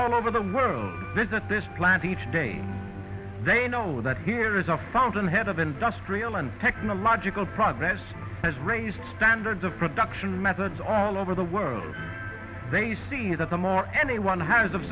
all over the world visit this plant each day they know that here is a fountain head of industrial and technological progress has raised standards of production methods all over the world they see that the more anyone has of